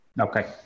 Okay